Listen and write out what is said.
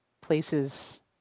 places